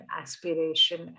aspiration